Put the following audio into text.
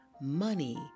money